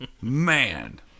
man